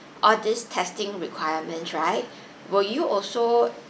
all these testing requirements right will you also